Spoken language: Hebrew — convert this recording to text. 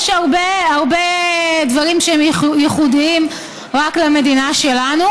יש הרבה דברים שהם ייחודיים רק למדינה שלנו.